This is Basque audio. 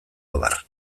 abar